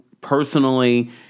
personally